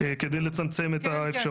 דברים שהיו לא צפויים.